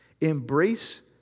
Embrace